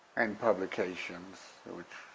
and publications which,